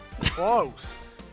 Close